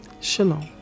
shalom